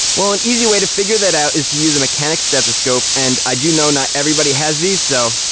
well, an easy way to figure that out is to use a mechanic's stethoscope. and i do know not everybody has these so.